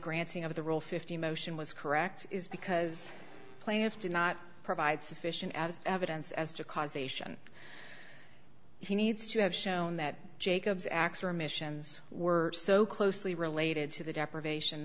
granting of the rule fifty motion was correct because plaintiff did not provide sufficient evidence as to causation he needs to have shown that jacob's acts remissions were so closely related to the deprivation